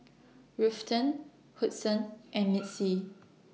Ruthanne Hudson and Missy